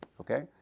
okay